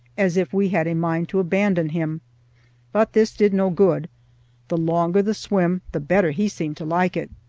as if we had a mind to abandon him but this did no good the longer the swim the better he seemed to like it.